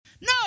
No